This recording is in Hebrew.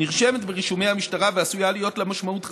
נרשמת ברישומי המשטרה ועשויה להיות לה משמעות רבה,